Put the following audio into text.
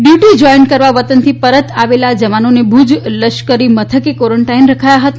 duty join કરવા વતન થી પરત આવેલા આ જવાનોને ભુજ લશ્કરી મથકે કવોરનટાઇન રખાયા હતા